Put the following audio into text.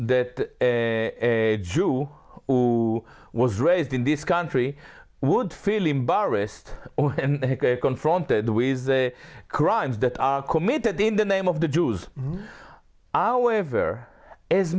cept the jew who was raised in this country would feel embarrassed and confronted with the crimes that are committed in the name of the jews however as